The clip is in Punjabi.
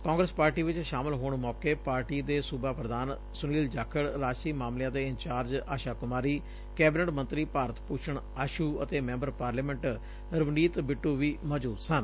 ਕਾਂਗਰਸ ਪਾਰਟੀ ਚ ਸ਼ਾਮਲ ਹੋਣ ਮੌਕੇ ਕਾਂਗਰਸ ਪਾਰਟੀ ਦੇ ਪ੍ਧਾਨ ਸੁਨੀਲ ਜਾਖੜ ਰਾਜਸੀ ਮਾਮਲਿਆਂ ਦੇ ਇੰਚਾਰਜ ਆਸ਼ਾ ਕੁਮਾਰੀ ਕੈਬਨਿਟ ਮੰਤਰੀ ਭਾਰਤ ਭੁਸ਼ਣ ਆਸੁ ਤੇ ਮੈਂਬਰ ਪਾਰਲੀਮੈਂਟ ਰਵਨੀਤ ਬਿੱਟੁ ਵੀ ਮੌਜੁਦ ਸਨ